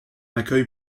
accueil